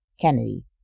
Kennedy